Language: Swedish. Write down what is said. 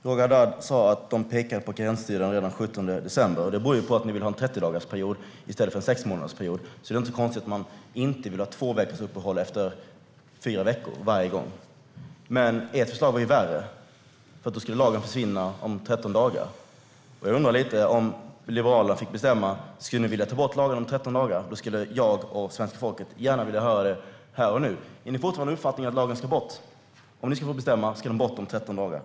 Fru talman! Roger Haddad sa att de pekade på karenstiden redan den 17 december. Det berodde på att ni ville ha en 30-dagarsperiod i stället för en sexmånadersperiod. Det är inte så konstigt att man inte vill ha två veckors uppehåll varje gång efter fyra veckor. Men ert förslag var värre. Det skulle innebära att lagen försvinner om 13 dagar. Jag undrar lite: Om Liberalerna fick bestämma, skulle ni vilja ta bort lagen om 13 dagar? Jag och svenska folket skulle gärna vilja höra det här och nu. Är det fortfarande er uppfattning att lagen ska bort, och att om ni skulle få bestämma ska den bort om 13 dagar?